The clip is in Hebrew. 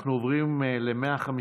אנחנו עוברים ל-155,